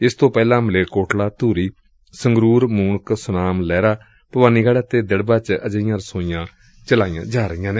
ਇਸ ਤੋਂ ਪਹਿਲਾਂ ਮਲੇਰਕੋਟਲਾ ਧੂਰੀ ਸੰਗਰੂਰ ਮੂਣਕ ਸੁਨਾਮ ਲਹਿਰਾ ਭਵਾਨੀਗੜ੍ ਅਤੇ ਦਿੜਬਾ ਚ ਅਜਿਹੀਆਂ ਰਸੋਈਆਂ ਚੱਲ ਰਹੀਆਂ ਨੇ